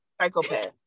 psychopath